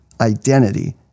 identity